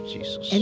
Jesus